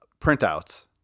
printouts